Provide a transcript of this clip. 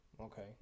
Okay